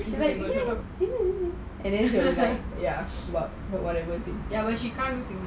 and then she was like ya what~ whatever things